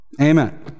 Amen